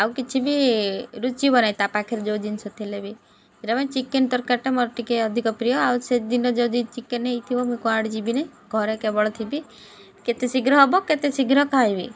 ଆଉ କିଛି ବି ରୁଚିବ ନାହିଁ ତା ପାଖରେ ଯେଉଁ ଜିନିଷ ଥିଲେ ବି ସେଇଟା ପାଇଁ ଚିକେନ ତରକାରୀଟା ମୋର ଟିକେ ଅଧିକ ପ୍ରିୟ ଆଉ ସେଦିନ ଯଦି ଚିକେନ ହେଇଥିବ ମୁଇଁ କୁଆଡ଼େ ଯିବିନି ଘରେ କେବଳ ଥିବି କେତେ ଶୀଘ୍ର ହବ କେତେ ଶୀଘ୍ର ଖାଇବି